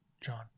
John